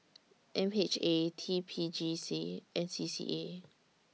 M H A T P J C and C C A